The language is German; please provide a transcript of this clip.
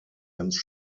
ganz